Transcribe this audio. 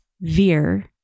veer